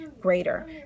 greater